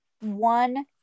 One